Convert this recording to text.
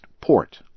port